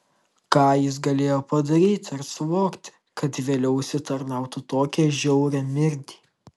ką jis galėjo padaryti ar suvokti kad vėliau užsitarnautų tokią žiaurią mirtį